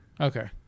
Okay